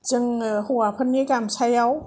जोंनो हौवाफोरनि गामसायाव